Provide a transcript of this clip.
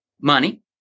money